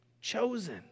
Chosen